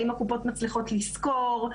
האם הקופות מצליחות לשכור,